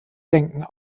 denken